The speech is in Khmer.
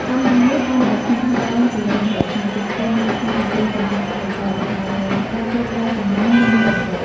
បញ្ហានេះកាន់តែធ្ងន់ធ្ងរឡើងជារៀងរាល់ថ្ងៃ ជាពិសេសនៅក្នុងប្រទេសកំពុងអភិវឌ្ឍន៍ ដែលការគ្រប់គ្រងសំរាមនៅមានកម្រិត។